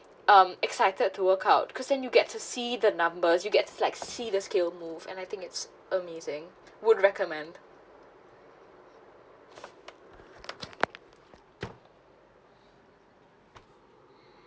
um excited to workout cause then you get to see the numbers you get like see the scale move and I think it's amazing would recommend